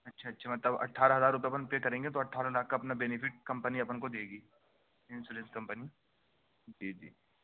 اچھا اچھا مطلب اٹھارہ ہزار روپیے اپن پے کریں گے تو اٹھارہ لاکھ کا اپنا بینیفٹ کمپنی اپن کو دے گی انشورینس کمپنی جی جی